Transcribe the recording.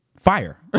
fire